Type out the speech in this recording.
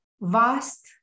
vast